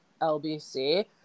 LBC